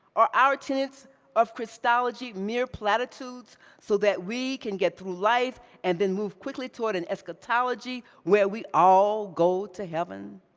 are our tenets of christology mere platitudes so that we can get through life and then move quickly toward an eschatology where we all go to heaven?